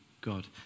God